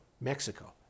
Mexico